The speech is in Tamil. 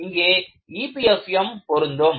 இங்கே EPFM பொருந்தும்